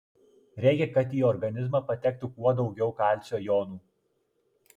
reikia kad į organizmą patektų kuo daugiau kalcio jonų